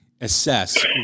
assess